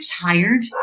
tired